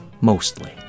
Mostly